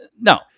no